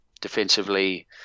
defensively